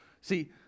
See